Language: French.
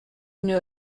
une